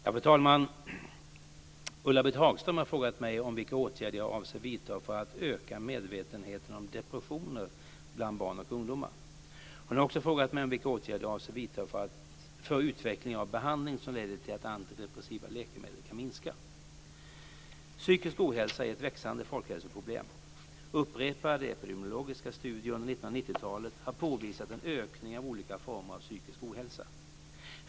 Fru talman! Ulla-Britt Hagström har frågat mig om vilka åtgärder jag avser vidta för att öka medvetenheten om depressioner bland barn och ungdomar. Hon har också frågat mig om vilka åtgärder jag avser vidta för utveckling av behandling som leder till att användningen av antidepressiva läkemedel kan minska. Psykisk ohälsa är ett växande folkhälsoproblem. Upprepade epidemiologiska studier under 1990-talet har påvisat en ökning av olika former av psykisk ohälsa.